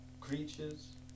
creatures